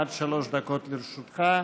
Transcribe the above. עד שלוש דקות לרשותך,